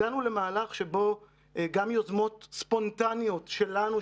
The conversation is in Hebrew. הגענו למהלך שבו גם יוזמות ספונטניות שלנו,